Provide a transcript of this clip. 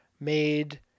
made